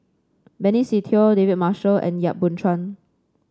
Benny Se Teo David Marshall and Yap Boon Chuan